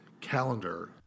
calendar